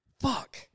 Fuck